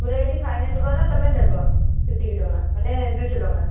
ପୁରା ଏଇଠି ଫାଇନାଲ୍ କର ତୁମେ ନେବ ସେତିକି ଟଙ୍କା ମାନେ ଦୁଇଶହ ଟଙ୍କା